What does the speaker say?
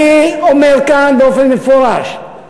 אני אומר כאן באופן מפורש: